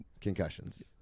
Concussions